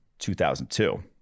2002